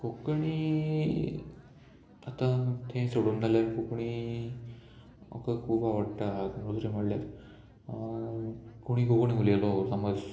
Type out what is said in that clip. कोंकणी आतां तें सोडून जाल्यार कोंकणी म्हाका खूब आवडटा दुसरें म्हणल्यार कोणी कोंकणी उलयलो समज